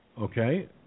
Okay